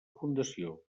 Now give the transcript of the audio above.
fundació